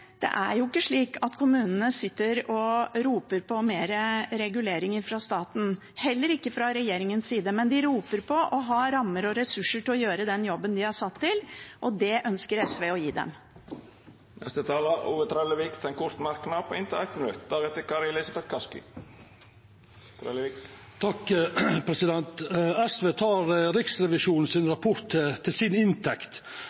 slik at kommunene sitter og roper på mer regulering fra staten – heller ikke fra regjeringens side. Men de roper på rammer og ressurser til å gjøre den jobben de er satt til. Det ønsker SV å gi dem. Representanten Ove Trellevik har hatt ordet to gonger tidlegare og får ordet til ein kort merknad, avgrensa til 1 minutt.